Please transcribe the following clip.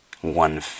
one